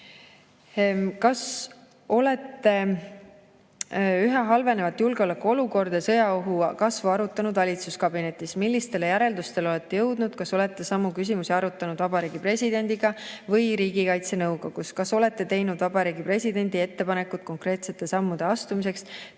"Kas olete üha halvenevat julgeolekuolukorda ja sõjaohu kasvu arutanud valitsuskabinetis? Millistele järeldustele olete jõudnud? Kas olete samu küsimusi arutanud Vabariigi Presidendiga või Riigikaitse Nõukogus? Kas olete teinud Vabariigi Presidendile ettepanekuid konkreetsete sammude astumiseks